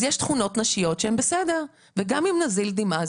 אז יש תכונות נשיות שהן בסדר וגם אם כן נזיל דמעה,